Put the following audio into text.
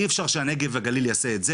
אי אפשר שהנגב והגליל יעשה משהו,